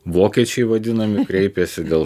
vokiečiai vadinami kreipėsi dėl